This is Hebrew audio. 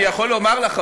אני יכול לומר לך,